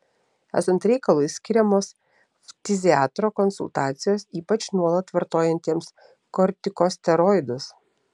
esant reikalui skiriamos ftiziatro konsultacijos ypač nuolat vartojantiems kortikosteroidus